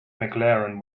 mclaren